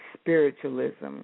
spiritualism